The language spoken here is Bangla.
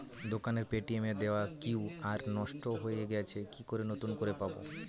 দোকানের পেটিএম এর দেওয়া কিউ.আর নষ্ট হয়ে গেছে কি করে নতুন করে পাবো?